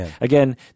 Again